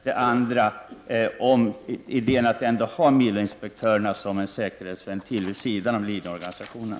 Vad anser försvarsministern om idén att ha miloinspektörer som en säkerhetsventil vid sidan om linjeorganisationen?